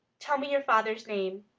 tell me your father's name.